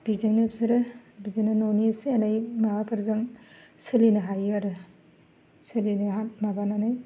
बिदिनो बिसोरो बिदिनो न'नि एसे एनै माबाफोरजों सोलिनो हायो आरो सोलिनो माबानानै